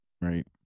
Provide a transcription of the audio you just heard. Right